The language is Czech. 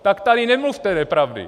Tak tady nemluvte nepravdy.